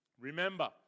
Remember